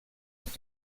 mit